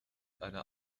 einer